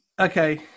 Okay